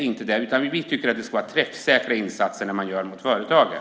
Vi tycker att det ska vara träffsäkra insatser mot företagen.